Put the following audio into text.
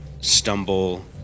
stumble